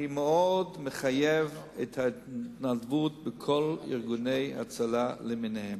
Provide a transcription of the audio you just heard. אני מאוד מחייב את ההתנדבות בכל ארגוני ההצלה למיניהם,